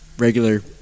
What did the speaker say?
Regular